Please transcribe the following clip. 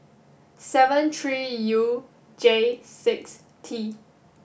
seven three U J six T